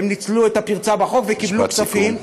והם ניצלו את הפרצה בחוק וקיבלו כספים.